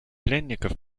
пленников